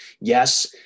Yes